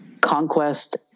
conquest